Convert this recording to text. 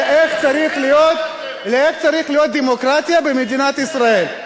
לאיך צריכה להיות דמוקרטיה במדינת ישראל.